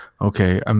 okay